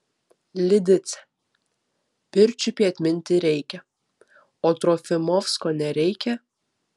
lidicę pirčiupį atminti reikia o trofimovsko nereikia